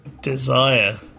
desire